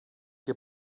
que